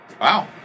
Wow